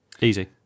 Easy